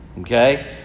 Okay